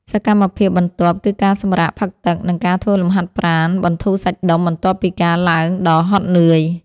សកម្មភាពបន្ទាប់ គឺការសម្រាកផឹកទឹក និងការធ្វើលំហាត់ប្រាណបន្ធូរសាច់ដុំបន្ទាប់ពីការឡើងដ៏ហត់នឿយ។